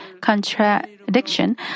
contradiction